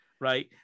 right